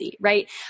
right